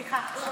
סליחה.